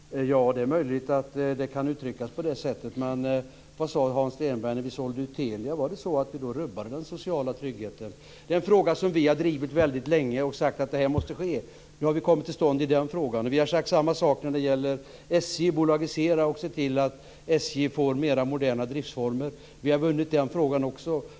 Ja, det är möjligt att det kan uttryckas på det sättet. Men vad sade Hans Stenberg när vi sålde ut Telia? Var det så att vi då rubbade den sociala tryggheten? Vi har drivit den frågan väldigt länge och sagt att en utförsäljning måste ske. Nu har den kommit till stånd. Samma sak har vi sagt när det gäller SJ, alltså: Bolagisera och se till att SJ får modernare driftsformer! Den frågan har vi också vunnit.